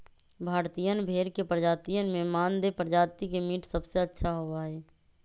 भारतीयन भेड़ के प्रजातियन में मानदेय प्रजाति के मीट सबसे अच्छा होबा हई